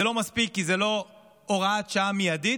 זה לא מספיק כי זו לא הוראת שעה מיידית,